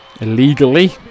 Illegally